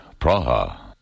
Praha